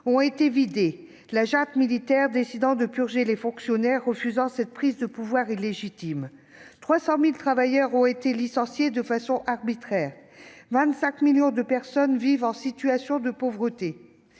ont été vidés, la junte militaire décidant de purger les fonctionnaires qui refusaient cette prise de pouvoir illégitime. Quelque 300 000 travailleurs ont été licenciés de façon arbitraire et 25 millions de personnes vivent en situation de pauvreté.